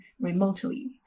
remotely